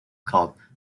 called